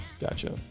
Gotcha